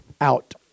out